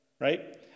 right